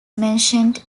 mentioned